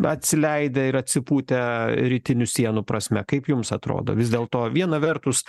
atsileidę ir atsipūtę rytinių sienų prasme kaip jums atrodo vis dėlto viena vertus